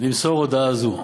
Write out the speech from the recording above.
למסור הודעה זו,